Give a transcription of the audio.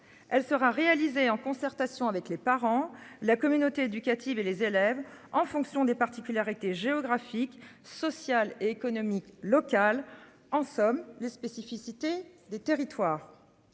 elle sera réalisée en concertation avec les parents, la communauté éducative et les élèves en fonction des particularités géographiques sociales et économiques locales en somme les spécificités des territoires.